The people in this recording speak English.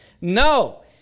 No